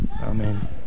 Amen